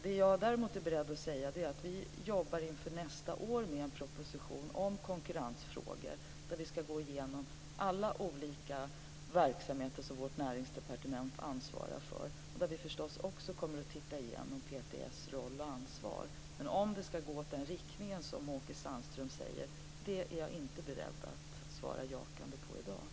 Det jag däremot är beredd att säga är att vi inför nästa år jobbar med en proposition om konkurrensfrågor, där vi skall gå igenom alla olika verksamheter som vårt näringsdepartement ansvarar för. Där kommer vi förstås också att titta närmare på PTS roll och ansvar. Men om det skall gå i den riktning som Åke Sandström säger är jag inte beredd att svara jakande på i dag.